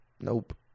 Nope